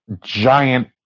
giant